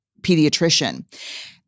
pediatrician